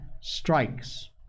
strikes